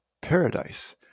paradise